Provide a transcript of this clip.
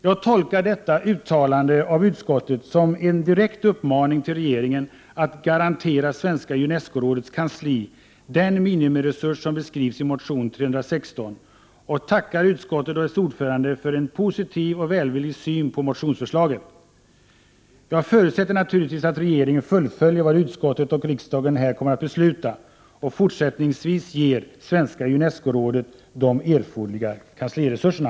Jag tolkar detta uttalande av utskottet som en direkt uppmaning till regeringen att garantera Svenska Unescorådets kansli den minimiresurs som beskrivs i motion Kr316 och tackar utskottet och dess Prot. 1988/89:76 ordförande för en positiv och välvillig syn på motionsförslaget. Jag förutsät 8 mars 1989 ter naturligtvis att regeringen fullföljer vad utskottet hemställer och riksdagen här beslutar och fortsättningsvis ger Svenska Unescorådet de erforderliga kansliresurserna.